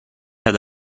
had